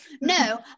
No